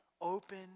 Open